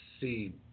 see